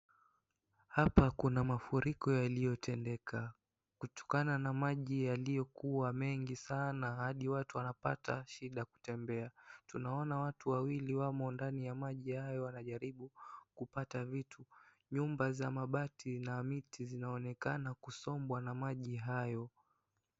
Hapa Kuna mafuriko yaliyo tendeka, kutokana na maji yaliyo kuwa mengi sana hadi watu wanapata shida kutembea. Tunaona watu wawili wamo ndani ya maji hayo wanajaribu kupata vitu. Nyumba za mabati na miti zinaonekana kusomba na maji hayo.